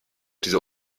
dieser